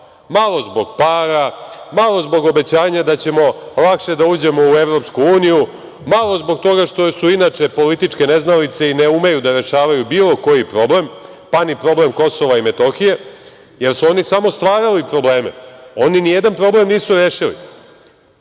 Malo zbog para, malo zbog obećanja da ćemo lakše da uđemo u EU, malo zbog toga što su inače političke neznalice i ne umeju da rešavaju bilo koji problem, pa ni problem KiM, jer su oni samo stvarali probleme, oni ni jedan problem nisu rešili. Vi